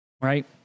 right